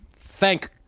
Thank